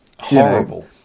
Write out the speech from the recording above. horrible